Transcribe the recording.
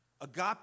Agape